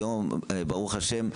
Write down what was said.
היום ברוך השם,